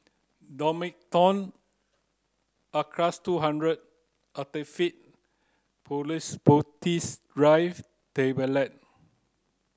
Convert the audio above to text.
Domperidone Acardust two hundred Actifed Tablet